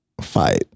fight